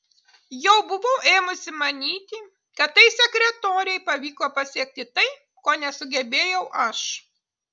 jau buvau ėmusi manyti kad tai sekretorei pavyko pasiekti tai ko nesugebėjau aš